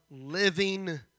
living